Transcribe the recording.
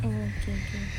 mm okay okay